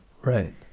Right